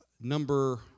number